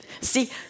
see